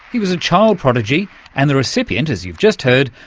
he was a child prodigy and the recipient, as you've just heard,